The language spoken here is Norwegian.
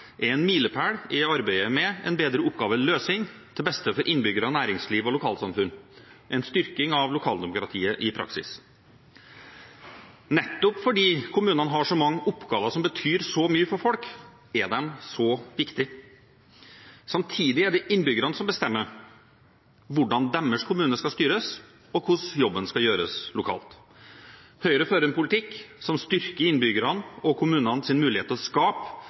er en milepæl i arbeidet med en bedre oppgaveløsning til beste for innbyggere, næringsliv og lokalsamfunn – en styrking av lokaldemokratiet i praksis. Nettopp fordi kommunene har så mange oppgaver som betyr så mye for folk, er de så viktige. Samtidig er det innbyggerne som bestemmer hvordan deres kommune skal styres, og hvordan jobben skal gjøres lokalt. Høyre fører en politikk som styrker innbyggernes og kommunenes mulighet til å skape